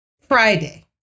Friday